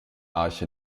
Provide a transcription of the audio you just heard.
arche